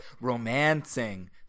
romancing